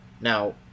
Now